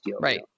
right